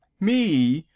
me,